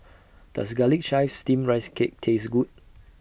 Does Garlic Chives Steamed Rice Cake Taste Good